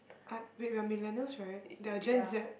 I wait we are millennials right they are Gen Z